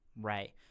Right